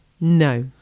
No